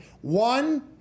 one